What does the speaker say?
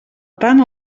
tant